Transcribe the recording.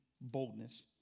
boldness